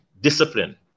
discipline